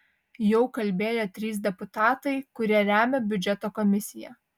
jau kalbėjo trys deputatai kurie remia biudžeto komisiją